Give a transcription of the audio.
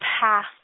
path